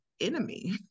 enemy